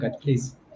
please